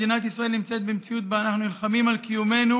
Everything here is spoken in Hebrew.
מדינת ישראל נמצאת במציאות שבה אנחנו נלחמים על קיומנו,